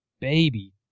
baby